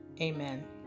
amen